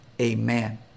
amen